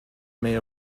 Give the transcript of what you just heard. may